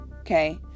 Okay